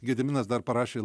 gediminas dar parašė